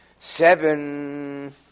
Seven